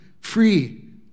free